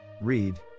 Read